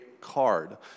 card